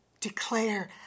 declare